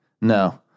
No